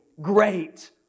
great